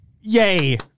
yay